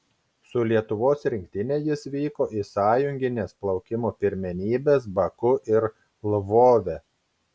su lietuvos rinktine jis vyko į sąjungines plaukimo pirmenybes baku ir lvove